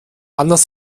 anders